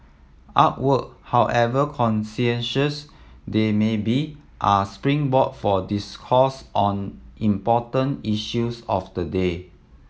artwork however contentious they may be are springboard for discourse on important issues of the day